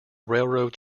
railroad